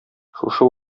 шушы